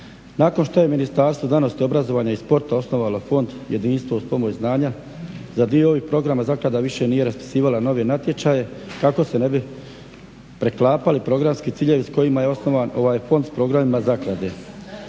Nakon što je Ministarstvo znanosti, obrazovanja i sporta osnovalo Fond Jedinstvo uz pomoć znanja za dio ovih programa zaklada više nije raspisivala nove natječaje kako se ne bi preklapali programski ciljevi s kojima je osnovan ovaj fond s programima zaklade.